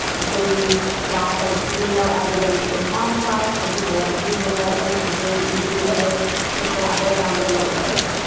and so we used slack as we know everybody is on slack and people like using it and it's a really easy way to collaborate on remote work.